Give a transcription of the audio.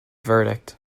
verdict